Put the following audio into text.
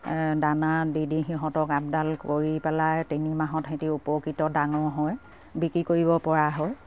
দানা দি দি সিহঁতক আপডাল কৰি পেলাই তিনিমাহত সেহেঁতি উপকৃত ডাঙৰ হয় বিক্ৰী কৰিব পৰা হয়